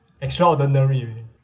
Extraordinary